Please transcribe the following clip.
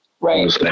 Right